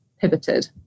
pivoted